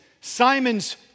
Simon's